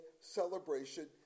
celebration